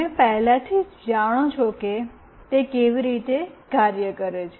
તમે પહેલાથી જ જાણો છો કે તે કેવી રીતે કાર્ય કરે છે